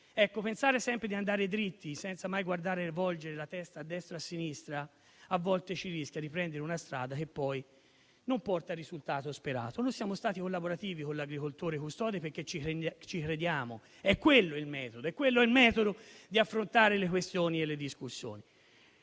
Pensando sempre di andare dritti senza mai volgere la testa a destra o a sinistra, a volte si rischia di prendere una strada che poi non porta il risultato sperato. Noi siamo stati collaborativi sul disegno di legge sull'agricoltore custode, perché ci crediamo: è quello il metodo di affrontare le questioni e le discussioni.